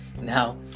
Now